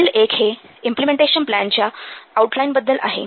पुढील एक हे इम्पलेमेंटेशन प्लॅनच्या आऊटलाइन बद्दल आहे